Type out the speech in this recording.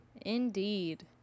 Indeed